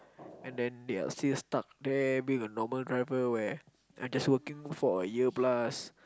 and then they are still stuck there being a normal driver where I just working for a year plus